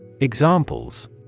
Examples